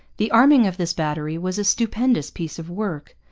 the arming of this battery was a stupendous piece of work.